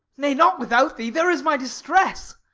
nay, not without thee, there is my distress!